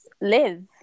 live